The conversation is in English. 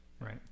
right